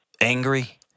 angry